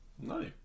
No